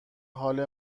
حال